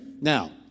Now